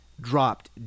dropped